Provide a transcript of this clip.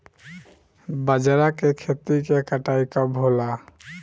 बजरा के खेती के कटाई कब होला?